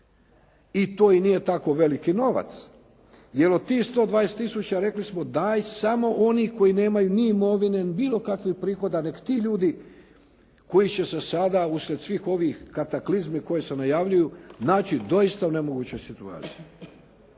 I to i nije tako veliki novac. Jel' od tih 120 tisuća daj samo oni koji nemaju ni imovine, ni bilo kakvih prihoda. Neka ti ljudi koji će se sada uslijed svih ovih kataklizmi koje se najavljuju, naći u doista teškoj situaciji.